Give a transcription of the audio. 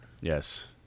Yes